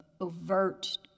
overt